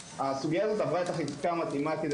הסוגיה הזאת עברה את החקיקה המתאימה כדי